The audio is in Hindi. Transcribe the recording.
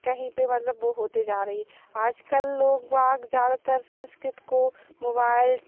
कहीं पर मतलब वह होते जा रही है आज कल लोगवाग ज़्यादातर सांस्कृति को मोबाइल